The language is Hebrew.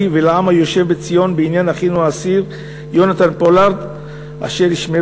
ולעם היושב בציון בעניין אחינו האסיר יהונתן פולארד הי"ו,